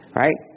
right